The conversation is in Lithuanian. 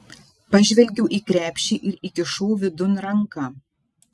pažvelgiau į krepšį ir įkišau vidun ranką